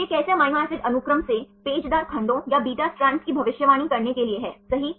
तो यह कैसे अमीनो एसिड अनुक्रम से पेचदार खंडों या beta स्ट्रैंड्स की भविष्यवाणी करने के लिए है सही